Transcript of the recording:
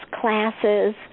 classes